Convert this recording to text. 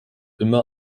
immer